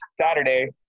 saturday